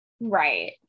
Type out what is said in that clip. Right